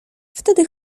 wtedy